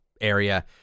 area